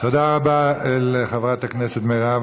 תודה רבה לחברת הכנסת מירב